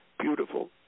beautiful